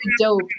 dope